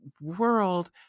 World